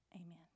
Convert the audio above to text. Amen